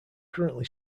currently